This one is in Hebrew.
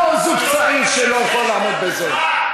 לא זוג צעיר, שלא יכול לעמוד בזה.